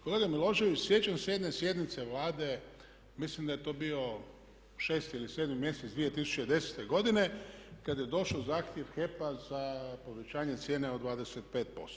Kolega Milošević, sjećam se jedne sjednice Vlade, mislim da je to bio 6. ili 7. mjesec 2010. godine kada je došao zahtjev HEP-a za povećanje cijene od 25%